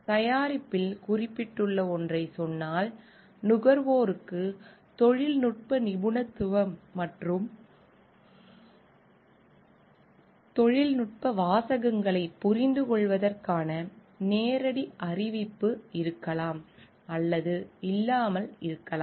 தயாரிப்பில் குறிப்பிட்டுள்ள ஒன்றைச் சொன்னால் நுகர்வோருக்கு தொழில்நுட்ப நிபுணத்துவம் மற்றும் தொழில்நுட்ப வாசகங்களைப் புரிந்துகொள்வதற்கான நேரடி அறிவு இருக்கலாம் அல்லது இல்லாமல் இருக்கலாம்